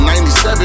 97